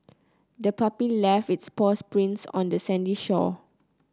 the puppy left its paw prints on the sandy shore